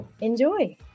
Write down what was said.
Enjoy